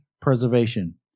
preservation